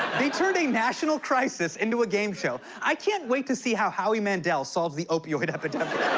they turned a national crisis into a game show. i can't wait to see how howie mandel solves the opioid epidemic.